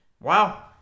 wow